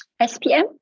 SPM